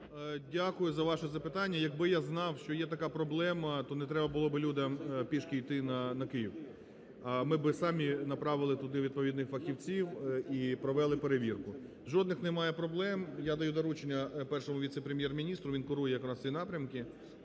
Дякую за ваше запитання. Якби я знав, що є така проблема, то не треба було б людям пішки йти на Київ. Ми би самі направили туди відповідних фахівців і провели перевірку. Жодних немає проблем. Я даю доручення Першому віце-прем'єр-міністру – він курує ці напрямки